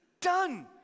done